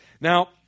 Now